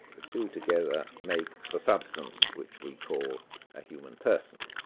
the two together make the substance which we call a human person.